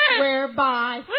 whereby